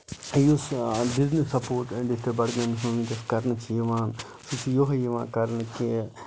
یُس business support ییٚتہِ بڈگٲمِس ؤنکیٚس کرنہٕ چھُ یِوان سُہ چھُ یِہوے یِوان کرنہٕ کہِ